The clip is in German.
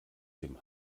dem